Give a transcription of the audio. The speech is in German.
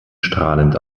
strahlend